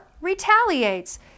retaliates